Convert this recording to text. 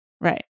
right